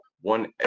one